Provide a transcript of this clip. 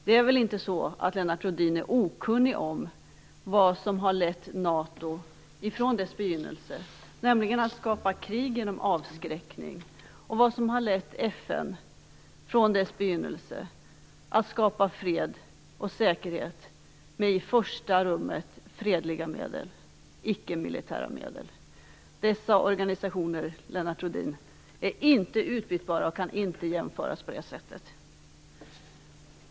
Lennart Rohdin är väl inte okunnig om vad som har lett NATO från dess begynnelse, nämligen att skapa krig genom avskräckning, och vad som har lett FN från dess begynnelse, nämligen att skapa fred och säkerhet med främst fredliga, icke-militära medel. Dessa organisationer, Lennart Rohdin, är inte utbytbara och kan inte jämföras på det sättet.